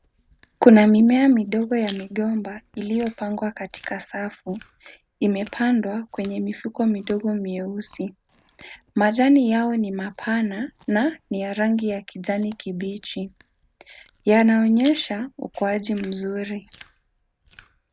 Kuna mimea midogo ya migomba iliyopangwa katika safu. Imepandwa kwenye mifuko midogo meusi. Majani yao ni mapana ni ya rangi ya kijani kibichi. Yanaonyesha ukuaji mzuri.